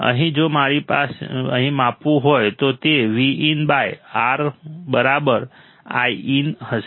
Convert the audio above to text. અહીં જો મારે અહીં માપવું હોય તો તે Vin બાય R બરાબર Iin હશે